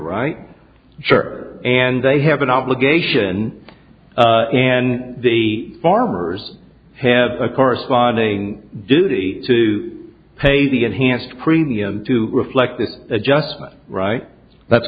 right shirt and they have an obligation and the farmers have a corresponding duty to pay the enhanced premium to reflect that adjustment right that's